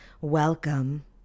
Welcome